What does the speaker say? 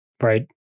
right